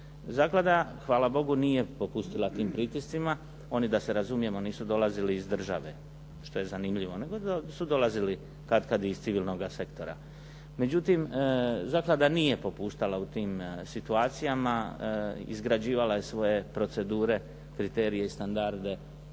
Zaklada hvala Bogu nije popustila tim pritiscima, oni da se razumijemo nisu dolazili iz države što je zanimljivo nego su dolazili katkad iz civilnoga sektora. Međutim, zaklada nije popuštala u tim situacijama, izgrađivala je svoje procedure, kriterije i standarde